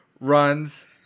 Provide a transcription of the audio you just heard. runs